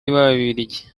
b’ababiligi